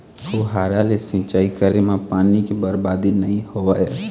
फुहारा ले सिंचई करे म पानी के बरबादी नइ होवय